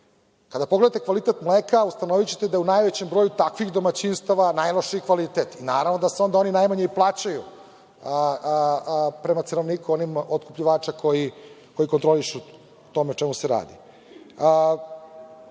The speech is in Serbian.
Kada pogledate kvalitet mleka, ustanovićete da u najvećem broju takvih domaćinstava je najlošiji kvalitet, naravno da se oni onda najmanje i plaćaju, prema cenovniku onih otkupljivača koji kontrolišu to na čemu se radi. Mi